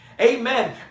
Amen